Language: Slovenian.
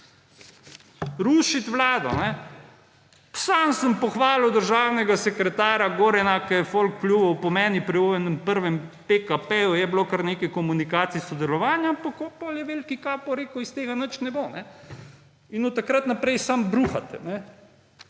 Rušiti vlado – sam sem pohvalil državnega sekretarja Gorenaka, ko je folk pljuval po meni, pri tistem prvem PKP je bilo kar nekaj komunikacij, sodelovanja, potem je veliki capo rekel, iz tega nič ne bo, in od takrat naprej samo bruhate.